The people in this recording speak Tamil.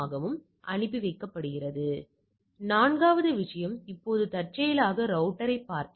இங்கே அதே விஷயம் ஒருமுனை சோதனைக்கு 3